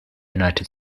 united